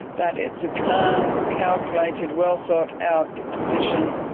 that it's a calm, calculated, well thought out position.